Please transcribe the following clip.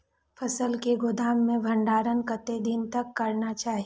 फसल के गोदाम में भंडारण कतेक दिन तक करना चाही?